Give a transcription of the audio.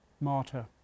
martyr